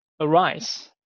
arise